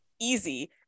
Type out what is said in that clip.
easy